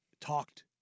talked